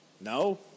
No